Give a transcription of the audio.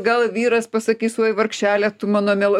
gal vyras pasakys oi vargšele tu mano miela